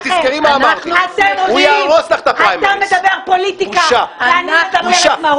אתה מדבר פוליטיקה ואני מדברת מהות.